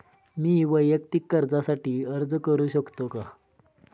मी वैयक्तिक कर्जासाठी अर्ज करू शकतो का?